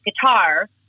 guitar